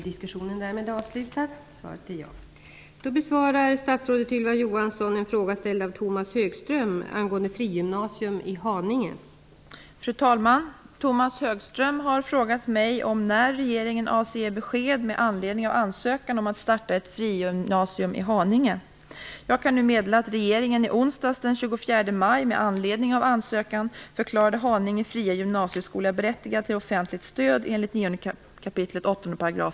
Fru talman! Tomas Högström har frågat mig om när regeringen avser att ge besked med anledning av ansökan om att starta ett frigymnasium i Haninge. Jag kan nu meddela att regeringen i onsdags den